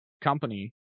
company